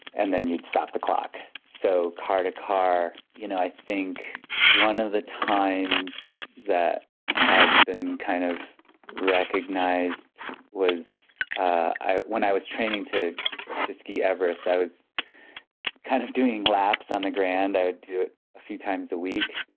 and then you'd stop the clock. so car to car, you know i think one of the times that has been kind of recognized was when i was training to to ski everest, i was kind of doing laps on the grand. i would do it a few times a week.